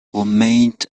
roommate